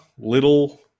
little